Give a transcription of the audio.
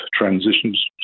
transitions